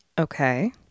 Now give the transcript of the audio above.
Okay